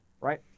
right